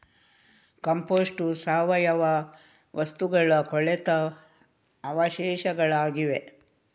compost ಸಾವಯವ ವಸ್ತುಗಳ ಕೊಳೆತ ಅವಶೇಷಗಳಾಗಿವೆ